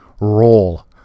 roll